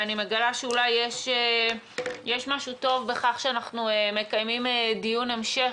אני מגלה שאולי יש משהו טוב בכך שאנחנו מקיימים דיון המשך,